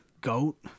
goat